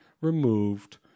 removed